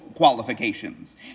Qualifications